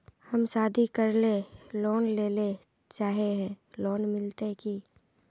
हम शादी करले लोन लेले चाहे है लोन मिलते की?